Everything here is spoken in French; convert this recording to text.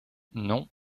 non